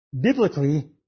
biblically